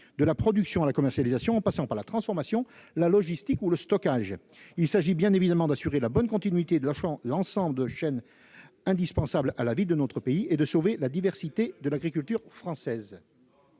de la production à la commercialisation en passant par la transformation, la logistique ou le stockage. Il s'agit bien évidemment d'assurer la bonne continuité de l'activité de l'ensemble d'une chaîne indispensable à la vie de notre pays et de préserver la diversité de l'agriculture française.